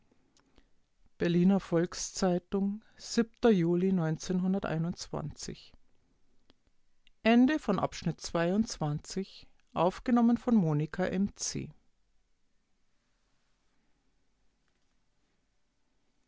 berliner volks-zeitung von